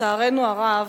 לצערנו הרב,